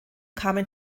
kamen